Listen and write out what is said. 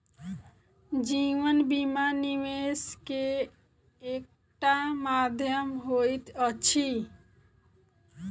जीवन बीमा, निवेश के एकटा माध्यम होइत अछि